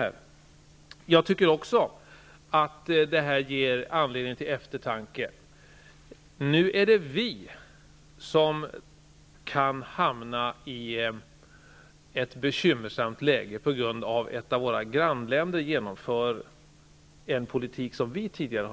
Också jag tycker att det finns anledning till eftertanke. Det är nu vi som kan hamna i ett bekymmersamt läge till följd av att ett av våra grannländer genomför en form av politik som vi i Sverige tidigare